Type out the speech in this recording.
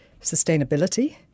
sustainability